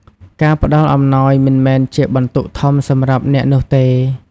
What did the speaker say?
ការផ្ដល់អំណោយមិនមែនជាបន្ទុកធំសម្រាប់អ្នកនោះទេ។